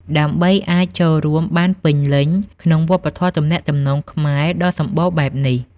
ដើម្បីអាចចូលរួមបានពេញលេញក្នុងវប្បធម៌ទំនាក់ទំនងខ្មែរដ៏សម្បូរបែបនេះ។